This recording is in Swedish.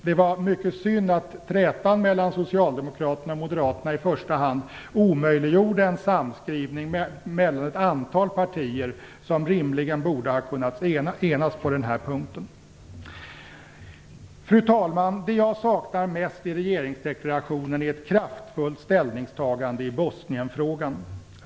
Det var mycket synd att trätan mellan Socialdemokraterna och Moderaterna omöjliggjorde en samskrivning mellan ett antal partier som rimligen borde ha kunnat enas på denna punkt. Fru talman! Det jag mest saknar i regeringsdeklarationen är ett kraftfullt ställningstagande i Bosnienfrågan.